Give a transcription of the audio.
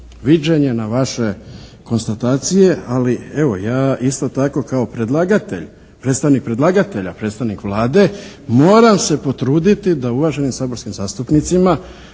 viđenje, na vaše konstatacije. Ali, evo, ja isto tako kao predlagatelj, predstavnik predlagatelja, predstavnik Vlade moram se potruditi da uvaženim saborskim zastupnicima